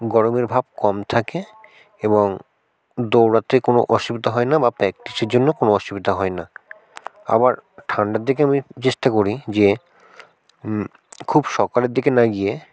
গরমের ভাব কম থাকে এবং দৌড়াতে কোনো অসুবিধা হয় না বা প্যাক্টিসের জন্য কোনো অসুবিধা হয় না আবার ঠান্ডার দিকে আমি চেষ্টা করি যে খুব সকালের দিকে না গিয়ে